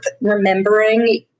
remembering